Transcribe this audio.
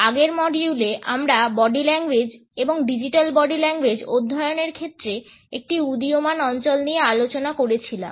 আগের মডিউলে আমরা বডি ল্যাঙ্গুয়েজ এবং ডিজিটাল বডি ল্যাঙ্গুয়েজ অধ্যয়নের ক্ষেত্রে একটি উদীয়মান অঞ্চল নিয়ে আলোচনা করেছিলাম